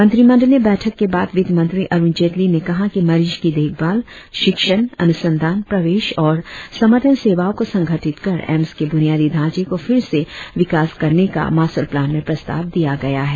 मंत्रिमंडलीय बैठक के बाद वित्तमंत्री अरुण जेटली ने कहा कि मरीज की देखभाल शिक्षण अनुसंधान प्रवेश और समर्थन सेवाओं को संगठित कर एम्स के बुनियादी ढांचे को फिर से विकास करने का मास्टर प्लान में प्रस्ताव दिया गया है